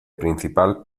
principal